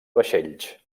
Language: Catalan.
vaixells